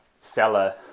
seller